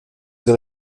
dans